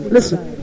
Listen